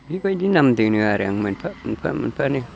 बिबायदि नाम दोनो आरो आं मोनफा मोनफा मोनफानो